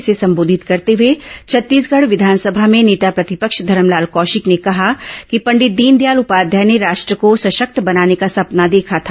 इसे संबोधित करते हुए छत्तीसगढ़ विधानसभा में नेता प्रतिपक्ष धरमलाल कौशिक ने कहा कि पंडित दीनदयाल उपाध्याय ने राष्ट्र को संशक्त बनाने का सपना देखा था